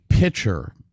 Pitcher